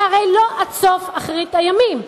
זה הרי לא עד אחרית הימים.